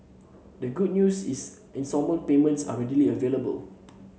the good news is instalment payments are readily available